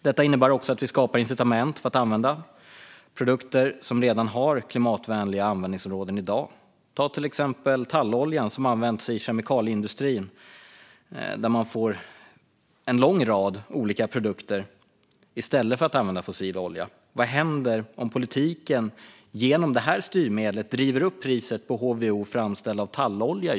Det innebär också att vi skapar incitament för att använda produkter som redan i dag har klimatvänliga användningsområden. Ta till exempel talloljan, som används i stället för fossil olja i en lång rad olika produkter inom kemikalieindustrin. Vad händer om politiken genom det här styrmedlet driver upp priset på HVO framställd av just tallolja?